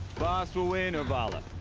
bast will win, or vala.